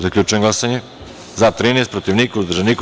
Zaključujem glasanje: za – 13, protiv – niko, uzdržan – niko.